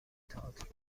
تاتر